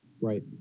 Right